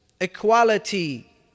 equality